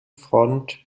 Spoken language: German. front